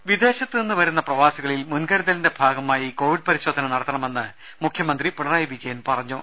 രമേ വിദേശത്തു നിന്ന് വരുന്ന പ്രവാസികളിൽ മുൻകരുതലിന്റെ ഭാഗമായി കോവിഡ് പരിശോധന നടത്തണമെന്ന് മുഖ്യമന്ത്രി പിണറായി വിജയൻ പറഞ്ഞു